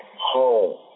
home